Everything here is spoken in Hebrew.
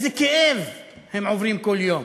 איזה כאב הם עוברים כל יום.